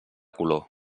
color